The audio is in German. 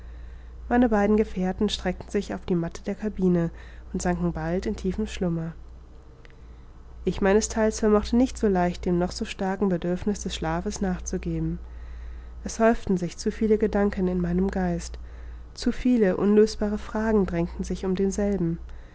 meine beiden gefährten streckten sich auf die matte der cabine und sanken bald in tiefen schlummer ich meines theils vermochte nicht so leicht dem noch so starken bedürfniß des schlafes nachzugeben es häuften sich zu viele gedanken in meinem geist zu viele unlösbare fragen drängten sich in demselben